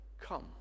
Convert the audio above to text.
come